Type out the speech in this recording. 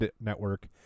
Network